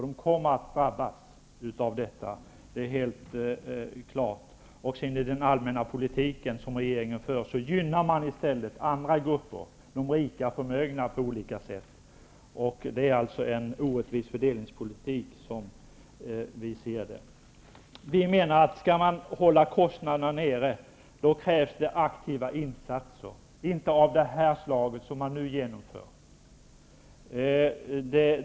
De kommer att drabbas av detta, det är helt klart. Den allmänna politik som regeringen för gynnar på olika sätt andra grupper, de rika och förmögna. Det är en orättvis fördelningspolitik. Skall man hålla kostnaderna nere krävs aktiva insatser, men inte av det slag som de åtgärder ni nu genomför.